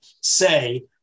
say